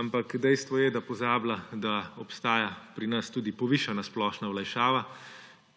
ampak dejstvo je, da pozablja, da obstaja pri nas tudi povišana splošna olajšava,